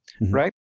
right